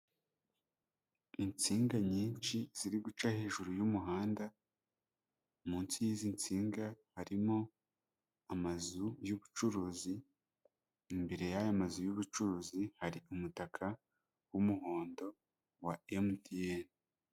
Insinga nyinshi ziri guca hejuru y'umuhanda, munsi y'izi nsinga harimo amazu y'ubucuruzi, imbere y'aya mazu y'ubucuruzi, hari umutaka w'umuhondo wa MTN.